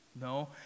No